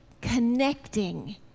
connecting